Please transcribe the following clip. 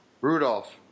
Rudolph